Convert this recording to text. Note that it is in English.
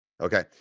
Okay